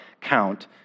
count